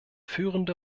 führende